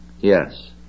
Yes